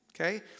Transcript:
Okay